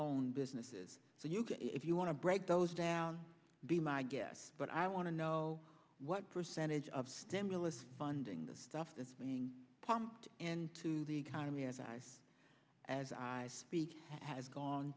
owned businesses so you can if you want to break those down be my guest but i want to know what percentage of stimulus funding the stuff that's being pumped into the economy as i say as i speak has gone